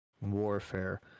warfare